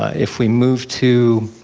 ah if we move to,